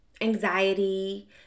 anxiety